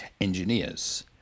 engineers